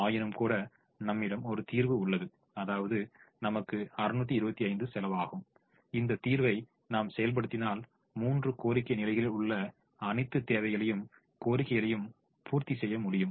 ஆயினும்கூட நம்மிடம் ஒரு தீர்வு உள்ளது அதாவது நமக்கு 625 செலவாகும் இந்த தீர்வை நாம் செயல்படுத்தினால் மூன்று கோரிக்கை நிலைகளில் உள்ள அனைத்து தேவைகளையும் கோரிக்கைகளையும் பூர்த்தி செய்ய முடியும்